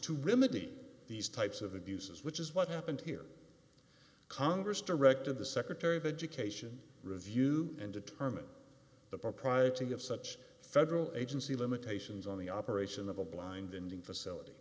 to remain these types of abuses which is what happened here congress directed the secretary of education review and determine the propriety of such federal agency limitations on the operation of a blind ending facility